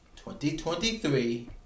2023